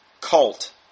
cult